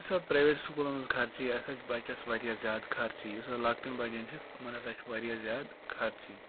یُس ہَسا پرٛایویٹ سکوٗلَن منٛز خرچی یہِ ہَسا چھِ بَچَس وارِیاہ زیادٕ خرچی یُس ہَسا لَکٹٮ۪ن بَچَن چھِ یِمَن ہَسا چھِ وارِیاہ زیادٕ خرچی